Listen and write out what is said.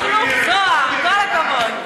מכלוף מיקי זוהר, כל הכבוד.